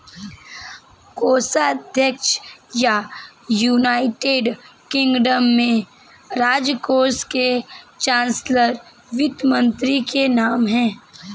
कोषाध्यक्ष या, United Kingdom में, राजकोष के चांसलर वित्त मंत्री के नाम है